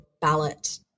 ballot